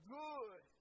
good